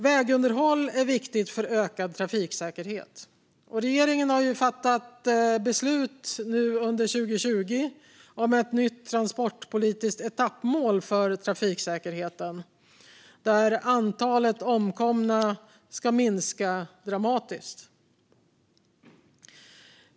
Vägunderhåll är viktigt för ökad trafiksäkerhet. Regeringen har under år 2020 fattat beslut om ett nytt transportpolitiskt etappmål för trafiksäkerheten för att antalet omkomna ska minska dramatiskt.